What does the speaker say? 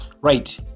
right